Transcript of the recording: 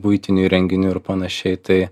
buitinių įrenginių ir panašiai tai